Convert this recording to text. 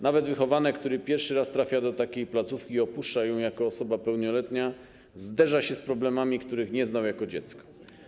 Nawet wychowanek, który pierwszy raz trafia do takiej placówki i opuszcza ją jako osoba pełnoletnia, zderza się z problemami, których nie znał jako dziecko.